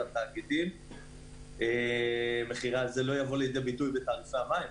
התאגידים זה לא יבוא לידי ביטוי במחירי המים,